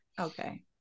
Okay